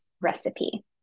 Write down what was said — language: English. recipe